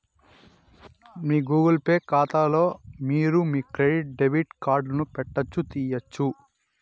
మీ Google pay కాతాలో మీరు మీ క్రెడిట్ డెబిట్ కార్డులను పెట్టొచ్చు, తీయొచ్చు